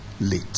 late